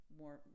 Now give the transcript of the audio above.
more